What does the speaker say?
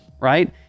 right